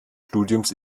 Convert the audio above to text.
studiums